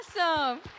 awesome